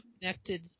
connected